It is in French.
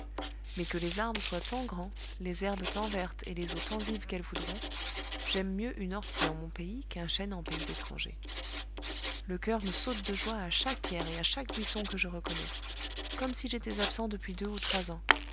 mais que les arbres soient tant grands les herbes tant vertes et les eaux tant vives qu'elles voudront j'aime mieux une ortie en mon pays qu'un chêne en pays d'étrangers le coeur me saute de joie à chaque pierre et à chaque buisson que je reconnais comme si j'étais absent depuis deux ou trois ans